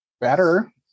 better